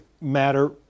matter